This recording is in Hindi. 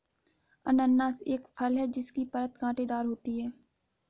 अनन्नास एक फल है जिसकी परत कांटेदार होती है